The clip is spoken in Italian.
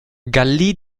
galli